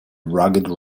rugged